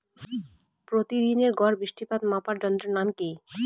প্রতিদিনের গড় বৃষ্টিপাত মাপার যন্ত্রের নাম কি?